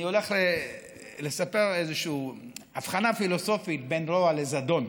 אני הולך לספר איזושהי הבחנה פילוסופית בין רוע לזדון.